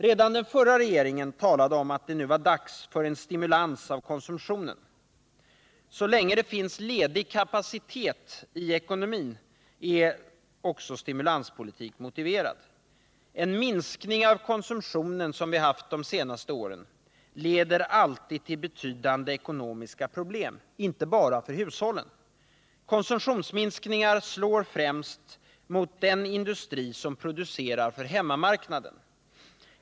Redan den förra regeringen talade om att det nu var dags för en stimulans av konsumtionen. Så länge det finns ledig kapacitet i ekonomin är en stimulanspolitik motiverad. En sådan minskning av konsumtionen som vi har haft under de senaste åren leder alltid till betydande ekonomiska problem —- inte bara för hushållen. Konsumtionsminskningar slår främst mot den industri som producerar för hemmamarknaden.